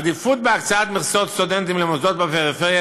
עדיפות בהקצאת מכסות סטודנטים למוסדות בפריפריה